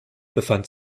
befand